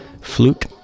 flute